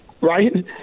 right